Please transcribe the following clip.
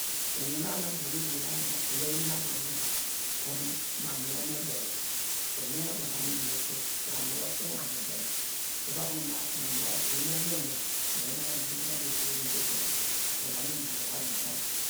Inu na nu baw nu wor abo mu ivom uvai dor nu baw nu wor me bene, inum nu abo mu ivom eji, baw nu e- wane bene, ija bokunu baw nu wor eyin enu ivum, baw emon wor dor baw me gunu okunu me vur` wor inum krese dor oyo ubu nu inam yor evanu ejan